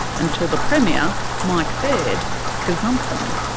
until the premier mike baird gazumped them.